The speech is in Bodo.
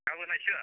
गाबोनहायसो